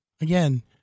again